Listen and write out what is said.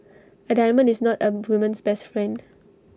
A diamond is not A woman's best friend